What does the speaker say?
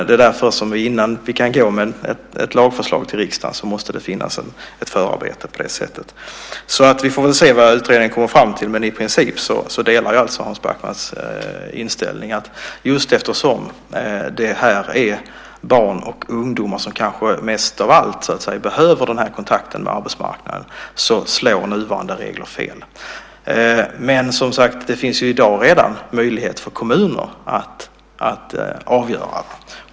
Det är därför som det måste finnas ett förarbete innan vi kan lämna ett lagförslag till riksdagen. Vi får väl se vad utredningen kommer fram till. Men i princip delar jag alltså Hans Backmans inställning att eftersom det här handlar om barn och ungdomar som kanske mest av allt behöver den här kontakten med arbetsmarknaden så slår nuvarande regler fel. Men, som sagt, det finns redan i dag möjlighet för kommuner att avgöra.